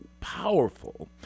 powerful